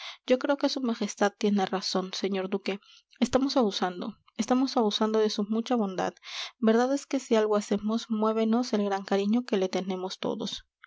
yo creo que su majestad tiene razón señor duque estamos abusando estamos abusando de su mucha bondad verdad es que si algo hacemos muévenos el gran cariño que le tenemos todos